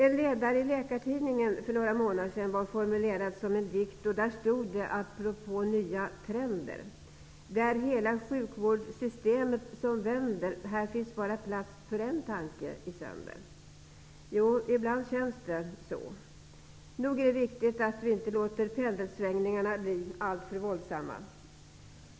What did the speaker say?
En ledare i Läkartidningen för några månader sedan var formulerad som en dikt, och där stod bl.a. apropå nya trender: ''Det är hela sjukvårdssystemet som vänder Här finns bara plats för en tanke i sänder'' Jo, ibland känns det så. Nog är det viktigt att vi inte låter pendelsvängningarna blir alltför våldsamma.